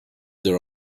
their